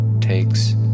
Takes